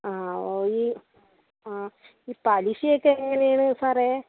ആ ആ ഈ പലിശയൊക്കെ എങ്ങനെയാണ് സാറേ